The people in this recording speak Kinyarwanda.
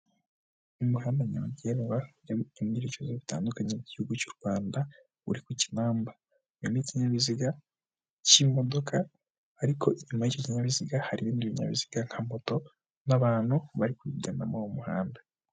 Umuhanda nyabagendwa ufite ibyerekezo bitandukanye by'igihugu cy'u Rwanda uri ku kinamba harimo ikinyabiziga cy'imodoka ariko inyuma y'ikin kinyabiziga hari ibindi binyabiziga nka moto n'abantu bari kujyana mu muhanda.